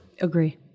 Agree